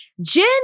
Jen